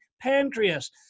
pancreas